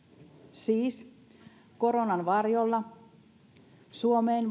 siis koronan varjolla suomeen